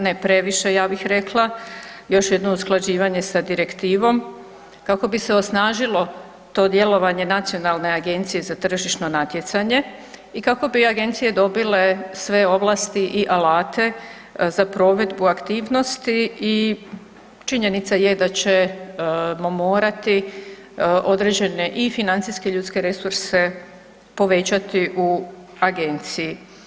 Ne previše, ja bih rekla, još jedno usklađivanje sa direktivom kako bi se osnažilo to djelovanje Nacionalne agencije za tržišno natjecanje i kako bi agencije dobile sve ovlasti i alate za provedbu aktivnosti i činjenica je da ćemo morati određene i financijske i ljudske resurse povećati u Agenciji.